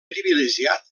privilegiat